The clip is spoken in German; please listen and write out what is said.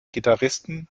gitarristen